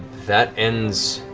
that ends